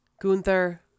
Gunther